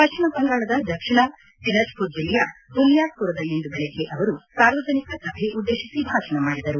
ಪಶ್ಚಿಮ ಬಂಗಾಳದ ದಕ್ಷಿಣ ದಿನಜಪುರ್ ಜಿಲ್ಲೆಯ ಬುನಿಯಾದಪುರದಲ್ಲಿಂದು ಬೆಳಗ್ಗೆ ಅವರು ಸಾರ್ವಜನಿಕ ಸಭೆ ಉದ್ದೇಶಿಸಿ ಭಾಷಣ ಡಿದರು